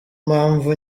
mpamvu